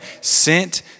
sent